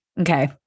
Okay